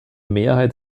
mehrheit